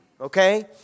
okay